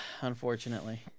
unfortunately